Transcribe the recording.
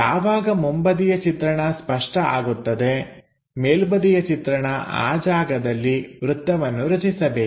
ಯಾವಾಗ ಮುಂಬದಿಯ ಚಿತ್ರಣ ಸ್ಪಷ್ಟ ಆಗುತ್ತದೆ ಮೇಲ್ಬದಿಯ ಚಿತ್ರಣ ಆ ಜಾಗದಲ್ಲಿ ವೃತ್ತವನ್ನು ರಚಿಸಬೇಕು